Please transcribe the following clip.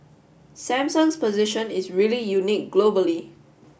Samsung's position is really unique globally